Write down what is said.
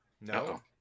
No